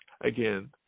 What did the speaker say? Again